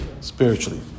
spiritually